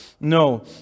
No